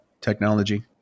technology